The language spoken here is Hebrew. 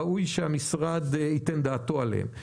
ראוי שהמשרד ייתן דעתו עליהם.